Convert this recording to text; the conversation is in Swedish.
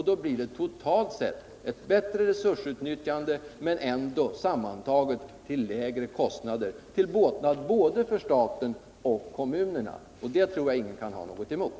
Då blir det totalt sett ett bättre resursutnyttjande men sammantaget ändå till lägre kostnader, till båtnad för både staten och kommunerna. De tror jag ingen kan ha någonting emot.